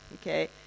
okay